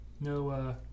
No